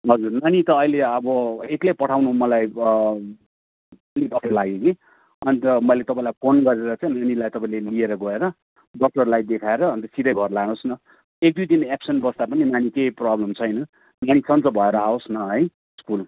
हजुर नानी त अहिले अब एक्लै पठाउनु मलाई अलि डर लाग्यो कि अन्त मैले तपाईँलाई फोन गरेर चाहिँ नानीलाई तपाईँले लिएर गएर डक्टरलाई देखाएर अन्त सिधै घर लानुहोस् न एक दुई दिन एब्सेन्ट बस्दा पनि नानी केही प्रब्लम छैन नानी सन्चो भएर आओस् न है स्कुल